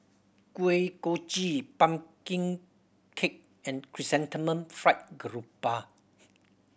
Kuih Kochi pumpkin cake and Chrysanthemum Fried Garoupa